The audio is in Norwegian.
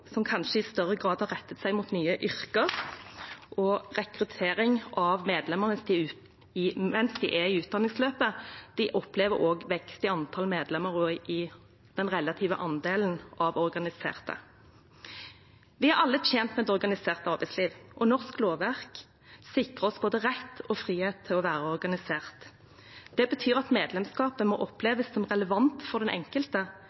som kanskje i større grad har rettet seg mot «nye» yrker og rekruttering av medlemmer mens de er i utdanningsløpet, opplever vekst i antallet medlemmer, også i den relative andelen av organiserte. Vi er alle tjent med et organisert arbeidsliv, og norsk lovverk sikrer oss både rett og frihet til å være organisert. Det betyr at medlemskap må oppleves som relevant for den enkelte,